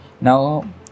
Now